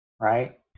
Right